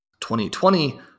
2020